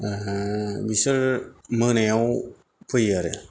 बिसोर मोनायाव फैयो आरो